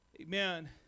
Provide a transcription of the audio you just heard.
Amen